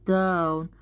down